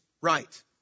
right